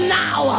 now